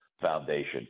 Foundation